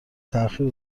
تاخیر